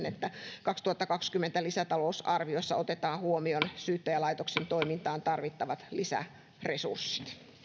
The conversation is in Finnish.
että kaksituhattakaksikymmentä lisätalousarviossa otetaan huomioon syyttäjälaitoksen toimintaan tarvittavat lisäresurssit